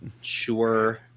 sure